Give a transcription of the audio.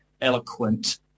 eloquent